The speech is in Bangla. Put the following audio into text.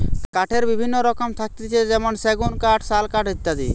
কাঠের বিভিন্ন রকম থাকতিছে যেমনি সেগুন কাঠ, শাল কাঠ ইত্যাদি